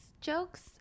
jokes